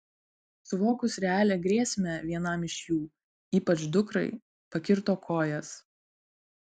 suvokus realią grėsmę vienam iš jų ypač dukrai pakirto kojas